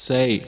Say